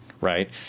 Right